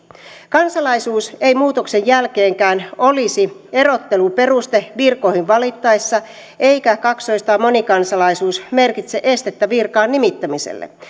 kansalaisuus ei muutoksen jälkeenkään olisi erotteluperustelu virkoihin valittaessa eikä kaksois tai monikansalaisuus merkitse estettä virkaan nimittämiselle